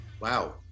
wow